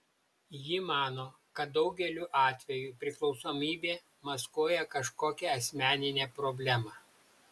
ji mano kad daugeliu atveju priklausomybė maskuoja kažkokią asmeninę problemą